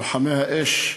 לוחמי האש,